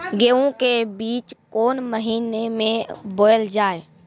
गेहूँ के बीच कोन महीन मे बोएल जाए?